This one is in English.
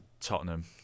Tottenham